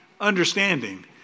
understanding